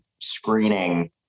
screening